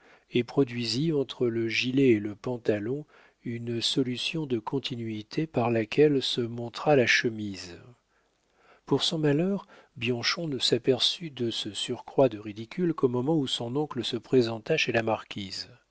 et produisit entre le gilet et le pantalon une solution de continuité par laquelle se montra la chemise pour son malheur bianchon ne s'aperçut de ce surcroît de ridicule qu'au moment où son oncle se présenta chez la marquise